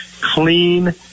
clean